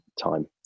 time